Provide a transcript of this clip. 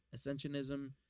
Ascensionism